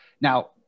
Now